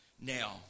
Now